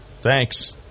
thanks